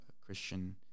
Christian